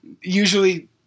usually